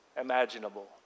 imaginable